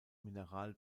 mineral